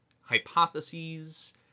hypotheses